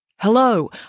Hello